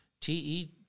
TE